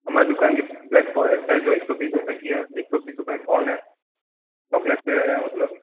हमारी दुकान की ब्लेक फॉरेस्ट है जो एक सौ बीस रुपए की है एक सौ बीस रुपए का कोन है चोकलेट फ्लेवर है मतलब